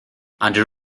under